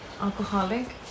Alcoholic